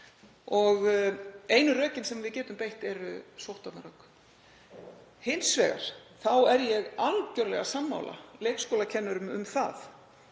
Einu rökin sem við getum beitt eru sóttvarnarök. Hins vegar er ég algerlega sammála leikskólakennurum um það